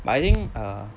but I think err